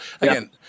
Again